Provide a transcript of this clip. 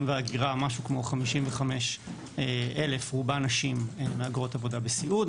וההגירה יש היום כ-55,000 מהגרות עבודה בסיעוד,